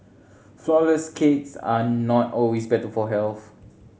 flourless cakes are not always better for health